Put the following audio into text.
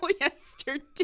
yesterday